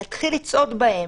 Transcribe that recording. להתחיל לצעוד בהם.